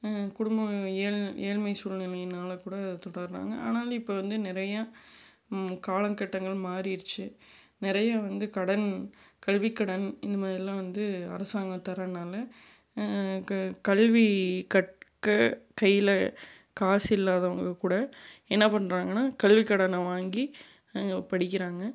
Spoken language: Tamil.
குடும்பம் ஏழ் ஏழ்மை சூழ்நிலையினால கூட தொடருறாங்க ஆனாலும் இப்போ வந்து நிறைய காலக்கட்டங்கள் மாறிடுச்சு நிறைய வந்து கடன் கல்விக்கடன் இந்த மாதிரியல்லாம் வந்து அரசாங்கம் தர்றதனால க கல்வி கற்க கையில காசு இல்லாதவங்க கூட என்ன பண்ணுறாங்கன்னா கல்வி கடனை வாங்கி படிக்கிறாங்க